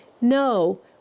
no